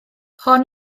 hon